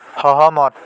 সহমত